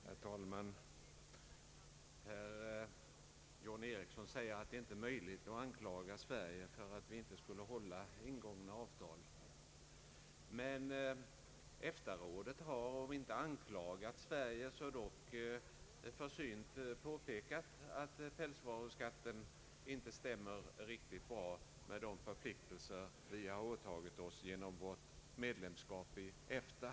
Herr talman! Herr John Ericsson säger att det inte är möjligt att anklaga Sverige för att inte hålla ingångna avtal. Men EFTA-rådet har om inte anklagat så dock försynt påpekat att pälsvaruskatten inte stämmer riktigt överens med de förpliktelser vi åtagit oss genom vårt medlemskap i EFTA.